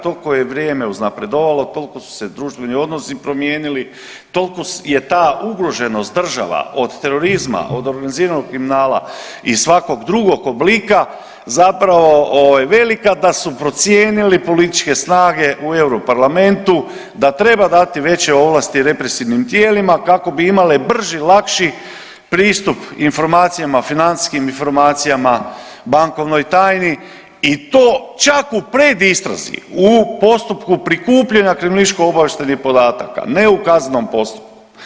Toliko je vrijeme uznapredovalo, toliko su se društveni odnosi promijenili, toliko je ta ugroženost država od terorizma, od organiziranog kriminala i svakog drugog oblika zapravo velika da su procijenili političke snage u Euro parlamentu da treba dati veće ovlasti represivnim tijelima kako bi imale brži, lakši pristup informacijama, financijskim informacijama, bankovnoj tajni i to čak u predistrazi, u postupku prikupljanja kriminalističko-obavještajnih podataka ne u kaznenom postupku.